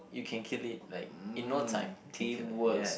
you can kill it like in no time can kill it yeah